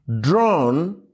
drawn